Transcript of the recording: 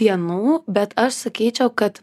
dienų bet aš sakyčiau kad